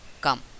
come